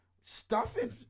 stuffing